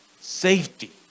safety